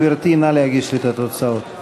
גברתי, נא להגיש לי את התוצאות.